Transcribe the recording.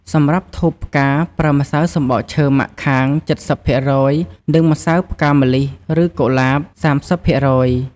សម្រាប់ធូបផ្កាប្រើម្សៅសំបកឈើម៉ាក់ខាង ៧០% និងម្សៅផ្កាម្លិះ ឬ កុលាប ៣០%។